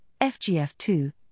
FGF2